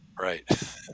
Right